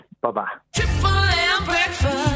Bye-bye